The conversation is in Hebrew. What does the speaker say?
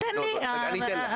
תן לי --- אני אתן לך.